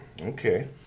okay